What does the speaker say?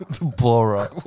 Bora